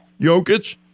Jokic